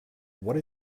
what